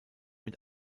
mit